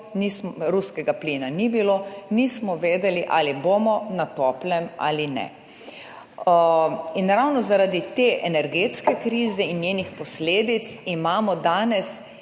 Ruskega plina ni bilo, nismo vedeli, ali bomo na toplem ali ne. Ravno zaradi te energetske krize in njenih posledic imamo danes